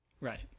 Right